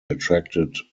attracted